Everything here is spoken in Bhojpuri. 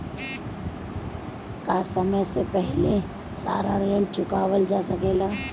का समय से पहले सारा ऋण चुकावल जा सकेला?